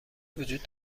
وجود